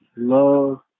love